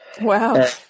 Wow